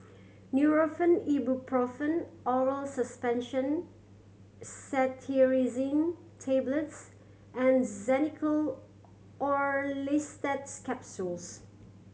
Nurofen Ibuprofen Oral Suspension Cetirizine Tablets and Xenical Orlistat Capsules